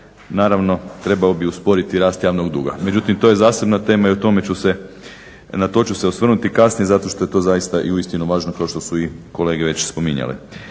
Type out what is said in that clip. naravno trebao bi usporiti rast javnog duga. Međutim, to je zasebna tema i o tome ću se, na to ću se osvrnuti kasnije, zato što je to zaista i uistinu važno kao što su i kolege već spominjale.